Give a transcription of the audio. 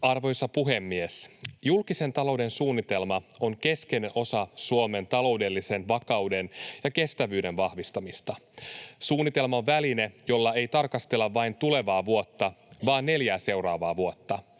Arvoisa puhemies! Julkisen talouden suunnitelma on keskeinen osa Suomen taloudellisen vakauden ja kestävyyden vahvistamista. Suunnitelma on väline, jolla ei tarkastella vain tulevaa vuotta vaan neljää seuraavaa vuotta.